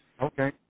okay